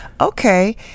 Okay